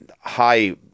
high